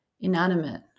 inanimate